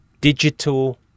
digital